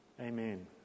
Amen